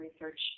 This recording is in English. research